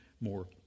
more